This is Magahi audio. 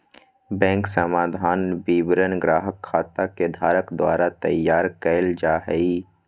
बैंक समाधान विवरण ग्राहक खाता के धारक द्वारा तैयार कइल जा हइ